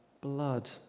blood